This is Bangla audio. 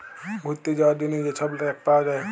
ঘ্যুইরতে যাউয়ার জ্যনহে যে ছব চ্যাক পাউয়া যায়